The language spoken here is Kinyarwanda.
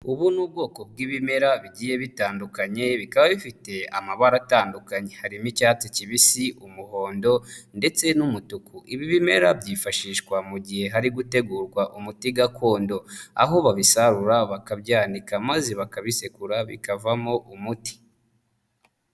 Ubu ni ubwoko bw'ibimera bigiye bitandukanye, bikaba bifite amabara atandukanye, harimo icyatsi kibisi, umuhondo ndetse n'umutuku. Ibi bimera byifashishwa mu gihe hari gutegurwa umuti gakondo, aho babisarura bakabyaka maze bakabisekura bikavamo umuti.